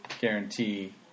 guarantee